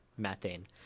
Methane